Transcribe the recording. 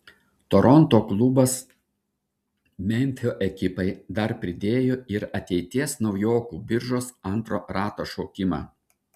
toronto klubas memfio ekipai dar pridėjo ir ateities naujokų biržos antro rato šaukimą